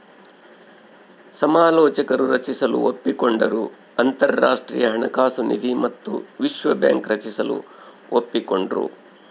ಸಮಾಲೋಚಕರು ರಚಿಸಲು ಒಪ್ಪಿಕೊಂಡರು ಅಂತರಾಷ್ಟ್ರೀಯ ಹಣಕಾಸು ನಿಧಿ ಮತ್ತು ವಿಶ್ವ ಬ್ಯಾಂಕ್ ರಚಿಸಲು ಒಪ್ಪಿಕೊಂಡ್ರು